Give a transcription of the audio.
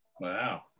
Wow